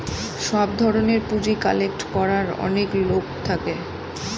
সব ধরনের পুঁজি কালেক্ট করার অনেক লোক থাকে